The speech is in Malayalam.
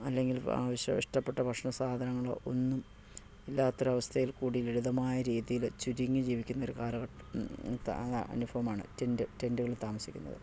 അല്ലെങ്കിൽ ആവശ്യം ഇഷ്ടപ്പെട്ട ഭഷ്ണ സാധനങ്ങളോ ഒന്നും ഇല്ലാത്ത ഒരു അവസ്ഥയിൽ കൂടി ലളിതമായ രീതിയിൽ ചുരുങ്ങി ജീവിക്കുന്ന ഒരു കാലഘട്ടം അനുഭവമാണ് ടെൻറ്റ് ടെൻ്റുകളിൽ താമസിക്കുന്നത്